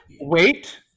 Wait